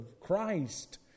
Christ